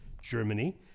Germany